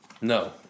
No